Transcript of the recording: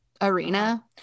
arena